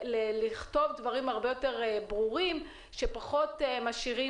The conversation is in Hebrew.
יש טעם לבחון איך כותבים דברים הרבה יותר ברורים שפחות משאירים